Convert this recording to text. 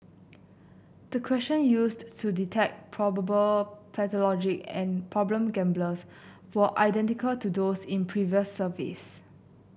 the question used to detect probable pathological and problem gamblers were identical to those in previous surveys